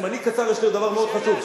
זמני קצר, יש לי עוד דבר מאוד חשוב.